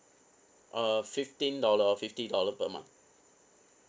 uh fifteen dollar or fifty dollar per month